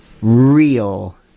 real